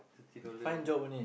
thirty dollar